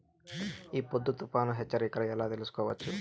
ఈ పొద్దు తుఫాను హెచ్చరికలు ఎలా తెలుసుకోవచ్చు?